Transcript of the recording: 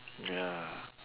ya